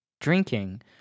drinking